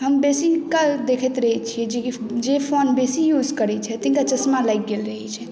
हम बेसी काल देखैत रहै छी जेकि जे फोन बेसी यूज करै छथिन तिनका चश्मा लागि गेल अछि